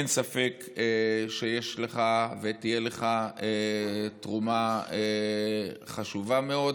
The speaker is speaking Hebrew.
אין ספק שיש לך ותהיה לך תרומה חשובה מאוד.